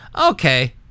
okay